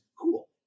cool